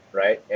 right